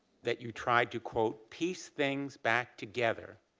that you tried to quote, p things back together